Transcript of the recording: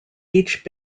each